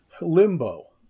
limbo